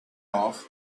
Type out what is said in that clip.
off